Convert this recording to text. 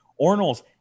Ornals